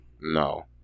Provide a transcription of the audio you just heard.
No